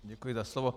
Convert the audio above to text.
Děkuji za slovo.